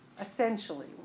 essentially